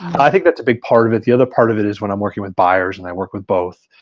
i think that's a big part of it. the other part of it is when i'm working with buyers and i work with both,